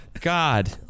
god